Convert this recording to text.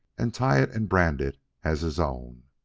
and tie it and brand it as his own.